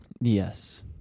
Yes